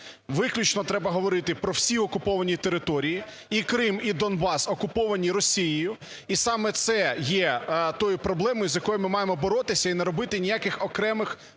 Виключно треба говорити про всі окуповані території: і Крим, і Донбас окуповані Росією, і саме це є тією проблемою, з якою ми маємо боротися, і не робити ніяких окремих виключень